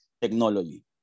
technology